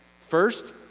First